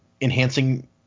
enhancing